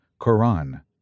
Quran